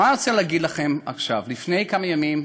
מה אני רוצה להגיד לכם עכשיו לפני כמה ימים,